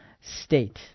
state